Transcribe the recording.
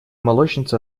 молочница